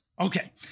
Okay